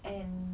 and